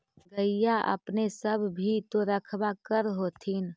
गईया अपने सब भी तो रखबा कर होत्थिन?